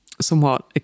somewhat